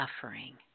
suffering